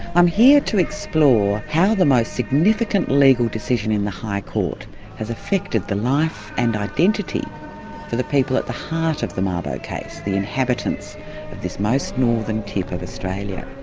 i'm here to explore how the most significant legal decision in the high court has affected the life and identity for the people at the heart of the mabo case, the inhabitants of this most northern tip of australia.